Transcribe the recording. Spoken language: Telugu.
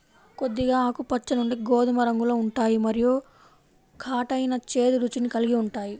కొద్దిగా ఆకుపచ్చ నుండి గోధుమ రంగులో ఉంటాయి మరియు ఘాటైన, చేదు రుచిని కలిగి ఉంటాయి